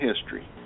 history